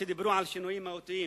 שדיברו על שינויים מהותיים